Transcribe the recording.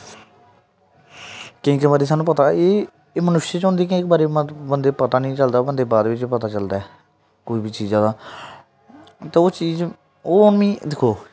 केईं केईं बारी सानूं पता ऐ एह् मनुष्य च होंदी केईं बारी बंदे गी पता निं चलदा बंदा गी बाद च पता चलदा ऐ कोई बी चीजा दा ते ओह् चीज ओह् हून मिगी दिक्खो